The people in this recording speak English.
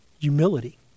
humility